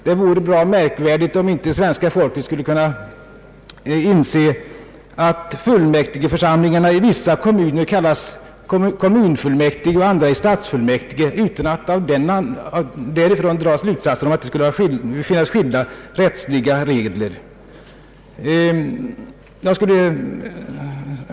Det vore bra märkvärdigt om inte svenska folket skulle kunna inse att fullmäktigeförsamlingarna i vissa kommuner kallas kommunalfullmäktige och i andra stadsfullmäktige, utan att man därav skulle dra slutsatsen att det föreligger skilda rättsliga regler.